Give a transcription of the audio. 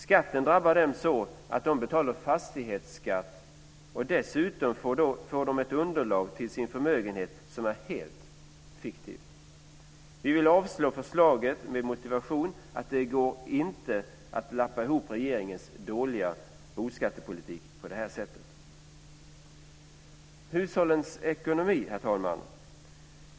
Skatten drabbar dem så att de betalar fastighetsskatt, och dessutom får de ett underlag till sin förmögenhet som är helt fiktivt. Vi vill avslå förslaget med motivation att det inte går att lappa ihop regeringens dåliga boskattepolitik på det här sättet. Då kommer jag till hushållens ekonomi, herr talman.